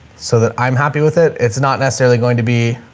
so that i'm happy with it. it's not necessarily going to be